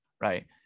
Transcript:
right